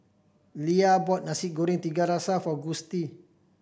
Leia bought Nasi Goreng Seafood tiga for Gustie